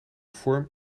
vorm